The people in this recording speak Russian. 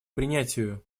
принятию